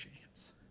chance